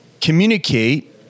communicate